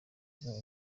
ubwabo